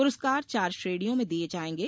पुरस्कार चार श्रेणियों में दिये जायेंगे